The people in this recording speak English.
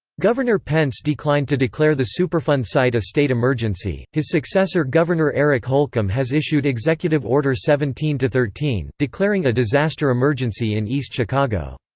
governor pence declined to declare the superfund site a state emergency his successor governor eric holcomb has issued executive order seventeen thirteen, declaring a disaster emergency in east chicago.